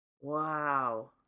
Wow